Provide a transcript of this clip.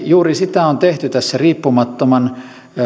juuri sitä rehellistä itsearviointia on tehty tässä riippumattoman